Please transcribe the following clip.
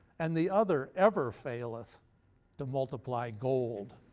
and the other ever faileth to multiply gold.